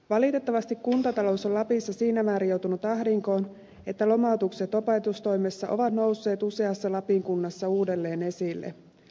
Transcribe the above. valitettavasti kuntatalous on lapissa siinä määrin joutunut ahdinkoon että lomautukset opetustoimessa ovat nousseet useassa lapin kunnassa uudelleen esille